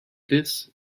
this